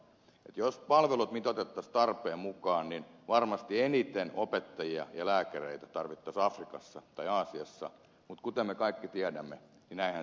jos palvelut mitoitettaisiin tarpeen mukaan niin varmasti eniten opettajia ja lääkäreitä tarvittaisiin afrikassa tai aasiassa mutta kuten me kaikki tiedämme näinhän ei suinkaan käy